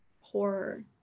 horror